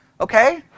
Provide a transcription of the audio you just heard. Okay